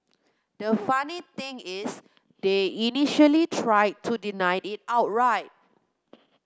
the funny thing is they initially tried to deny it outright